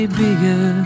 bigger